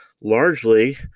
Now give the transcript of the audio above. largely